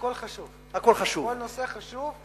הכול חשוב, כל הנושא חשוב.